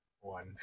one